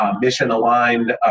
mission-aligned